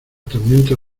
tormenta